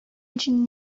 için